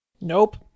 Nope